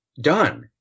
done